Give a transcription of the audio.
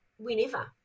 whenever